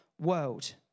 world